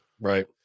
Right